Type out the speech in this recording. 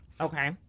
Okay